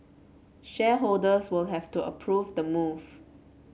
shareholders will have to approve the move